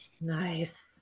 Nice